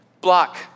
block